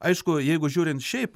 aišku jeigu žiūrint šiaip